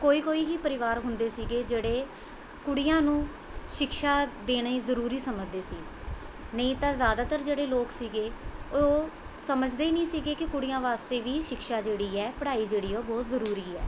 ਕੋਈ ਕੋਈ ਹੀ ਪਰਿਵਾਰ ਹੁੰਦੇ ਸੀਗੇ ਜਿਹੜੇ ਕੁੜੀਆਂ ਨੂੰ ਸ਼ਿਕਸ਼ਾ ਦੇਣੀ ਜ਼ਰੂਰੀ ਸਮਝਦੇ ਸੀ ਨਹੀਂ ਤਾਂ ਜ਼ਿਆਦਾਤਰ ਜਿਹੜੇ ਲੋਕ ਸੀਗੇ ਉਹ ਸਮਝਦੇ ਹੀ ਨਹੀਂ ਸੀਗੇ ਕਿ ਕੁੜੀਆਂ ਵਾਸਤੇ ਵੀ ਸ਼ਿਕਸ਼ਾ ਜਿਹੜੀ ਹੈ ਪੜ੍ਹਾਈ ਜਿਹੜੀ ਉਹ ਬਹੁਤ ਜ਼ਰੂਰੀ ਹੈ